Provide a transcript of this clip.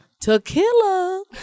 tequila